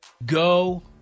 Go